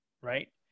right